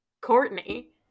Courtney